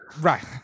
right